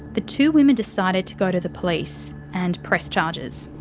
the two women decided to go to the police and press charges.